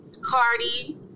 Cardi